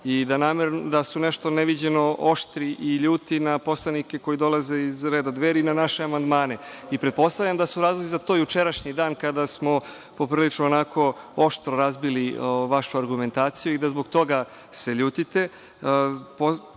i da su nešto neviđeno oštri i ljuti na poslanike koji dolaze iz reda Dveri i na naše amandmane. Pretpostavljam da su razlozi za to jučerašnji dan, kada smo poprilično onako oštro razbili ovu vašu argumentaciju i da se zbog toga ljutite. Podsećam